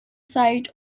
site